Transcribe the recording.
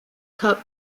cup